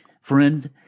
Friend